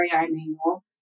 manual